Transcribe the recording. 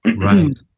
Right